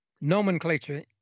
nomenclature